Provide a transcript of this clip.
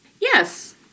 Yes